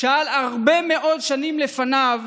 שאל הרבה מאוד שנים לפניו